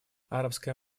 арабская